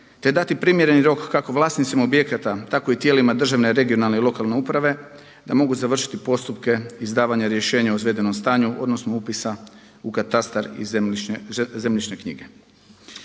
te dati primjereni rok kako vlasnicima objekata tako i tijelima državne, regionalne i lokalne uprave, da mogu završiti postupke izdavanja rješenja o izvedenom stanju, odnosno upisa u katastar i zemljišne knjige.